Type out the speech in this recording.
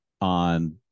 on